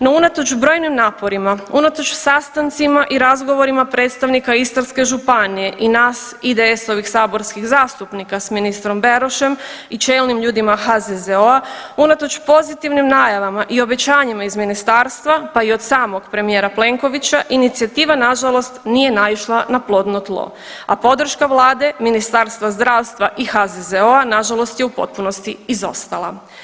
No, unatoč brojnim naporima, unatoč sastancima i razgovorima predstavnika Istarske županije i nas, IDS-ovih saborskih zastupnika s ministrom Berošem i čelnim ljudima HZZO-a, unatoč pozitivnim najavama i obećanjima iz Ministarstva, pa i od samog premijera Plenkovića, inicijativa nažalost nije naišla na plodno tlo, a podrška Vlade, Ministarstva zdravstva i HZZO-a nažalost je u potpunosti izostala.